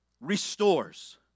restores